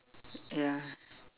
ya